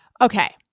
Okay